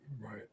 Right